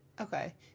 Okay